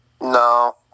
No